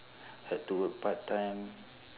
had to work part time